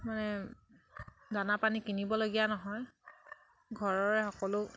মানে দানা পানী কিনিবলগীয়া নহয় ঘৰৰে সকলো